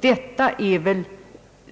Detta är väl